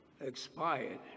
expired